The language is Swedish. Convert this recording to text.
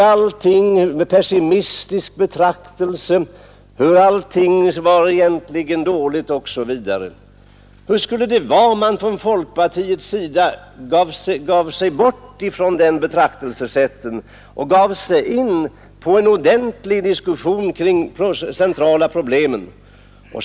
Allting betraktades pessimistiskt, allt var dåligt osv. Hur skulle det vara om folkpartiet övergav det betraktelsesättet och i stället gav sig in på en ordentlig diskussion om de centrala problemen?